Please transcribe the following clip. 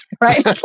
right